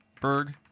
Berg